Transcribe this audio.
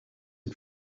est